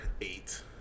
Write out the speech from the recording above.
eight